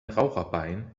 raucherbein